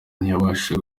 ntiyabashije